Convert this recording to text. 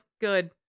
good